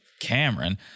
Cameron